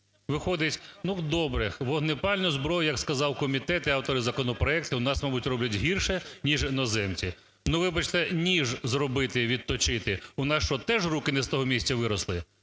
Виходить, ну, добре, вогнепальну зброю, як сказав комітет і автори законопроекту, у нас, мабуть, роблять гірше, ніж іноземці. Ну, вибачте, ніж зробити, відточити у нас що, теж руки не з того місця виросли?